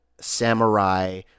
samurai